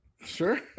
Sure